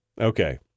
Okay